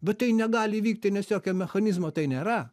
bet tai negali įvykti nes jokio mechanizmo tai nėra